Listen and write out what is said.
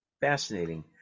fascinating